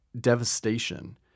devastation